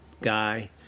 guy